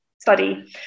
study